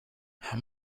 how